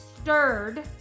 stirred